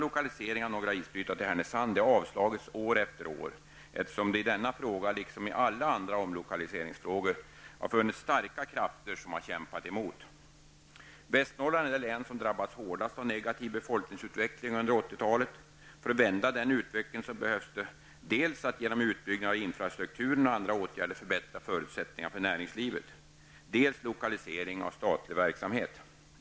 Härnösand har avslagits år efter år, eftersom det i denna fråga liksom i alla andra omlokaliseringsfrågor har funnits starka krafter som har kämpat emot. Västernorrland är det län som drabbats hårdast av negativ befolkningsutveckling under 80-talet. För att vända den utvecklingen behövs dels förbättrade förutsättningar för näringslivet genom utbyggnad av infrastrukturen och andra åtgärder, dels lokalisering av statlig verksamhet.